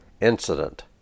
incident